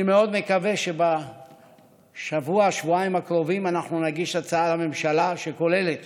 אני מאוד מקווה שבשבוע-שבועיים הקרובים נגיש הצעה לממשלה שכוללת